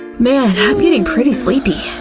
man, i'm getting pretty sleepy,